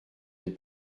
des